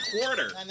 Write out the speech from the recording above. quarter